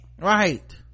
right